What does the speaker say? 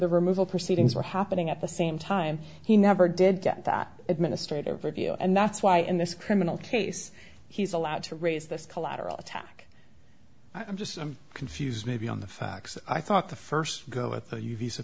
the removal proceedings were happening at the same time he never did get that administrative review and that's why in this criminal case he's allowed to raise this collateral attack i'm just confused maybe on the facts i thought the first go with the